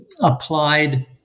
applied